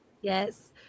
Yes